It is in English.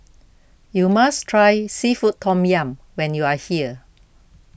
you must try Seafood Tom Yum when you are here